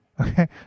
okay